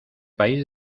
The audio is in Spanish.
país